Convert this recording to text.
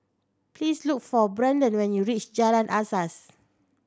please look for Branden when you reach Jalan Asas